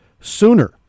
sooner